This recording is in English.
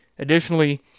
Additionally